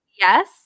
yes